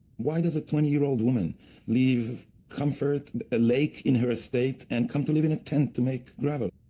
why does a twenty year old woman leave comfort, and a lake in her estate, and come to live in a tent, to make gravel?